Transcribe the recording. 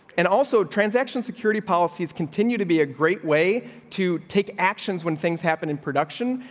and also, transaction security policies continue to be a great way to take actions when things happen in production.